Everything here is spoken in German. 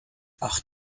ach